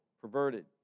perverted